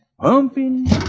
pumping